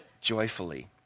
joyfully